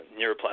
neuroplasticity